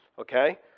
Okay